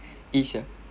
ah